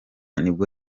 nibwo